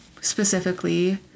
specifically